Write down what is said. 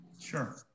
Sure